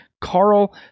Carl